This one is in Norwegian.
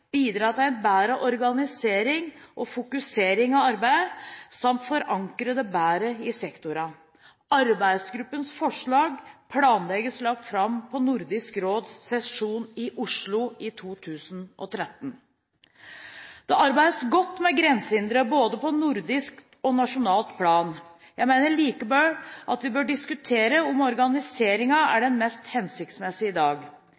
bidra til en bedre organisering og fokusering av arbeidet samt forankre det bedre i sektorene. Arbeidsgruppens forslag planlegges lagt fram på Nordisk råds sesjon i Oslo i 2013. Det arbeides godt med grensehindre på både nordisk og nasjonalt plan. Jeg mener likevel at vi bør diskutere om organiseringen er den mest hensiktsmessige i dag.